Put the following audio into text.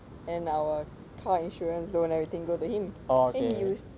and our car insurance loan everything go to him then he was